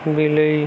ବିଲେଇ